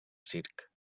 circ